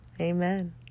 Amen